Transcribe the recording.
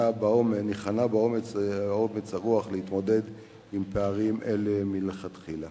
באומץ הרוח להתמודד עם פערים אלה מלכתחילה.